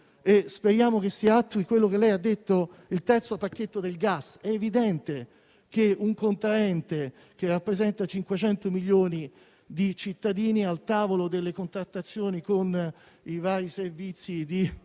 speriamo che si attui quello che lei ha detto, ovvero il terzo pacchetto del gas: è evidente che un contraente che rappresenta 500 milioni di cittadini al tavolo delle contrattazioni con i vari servizi di